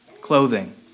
clothing